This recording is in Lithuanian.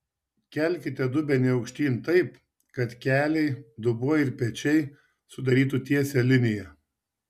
kelkite dubenį aukštyn taip kad keliai dubuo ir pečiai sudarytų tiesią liniją